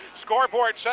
Scoreboard